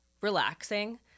relaxing